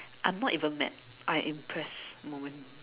I'm not even mad I'm impressed moment